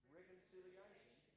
reconciliation